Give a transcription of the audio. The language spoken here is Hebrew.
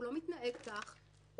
הוא לא מתנהג כך,